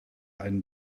einen